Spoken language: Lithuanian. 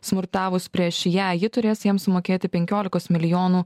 smurtavus prieš ją ji turės jam sumokėti penkiolikos milijonų